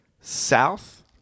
south